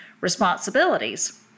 responsibilities